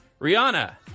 Rihanna